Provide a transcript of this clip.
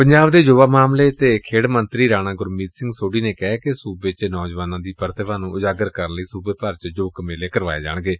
ਪੰਜਾਬ ਦੇ ਯੁਵਾ ਮਾਮਲੇ ਖੇਡ ਮੰਤਰੀ ਰਾਣਾ ਗੁਰਮੀਤ ਸਿੰਘ ਸੋਢੀ ਨੇ ਕਿਹੈ ਕਿ ਸੁਬੇ ਚ ਨੌਜਵਾਨਾਂ ਦੀ ਪ੍ਰਤਿਭਾ ਨੂੰ ਉਜਾਗਰ ਕਰਨ ਲਈ ਸੁਬੇ ਭਰ ਚ ਯੁਵਕ ਮੇਲੇ ਕਰਵਾਏ ਜਾਣਗੇ